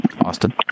Austin